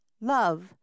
love